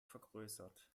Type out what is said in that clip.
vergrößert